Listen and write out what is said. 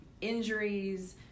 injuries